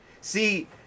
See